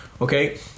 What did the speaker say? Okay